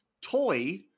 Toy